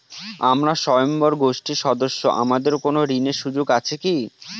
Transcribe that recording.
আমরা স্বয়ম্ভর গোষ্ঠীর সদস্য আমাদের কোন ঋণের সুযোগ আছে কি?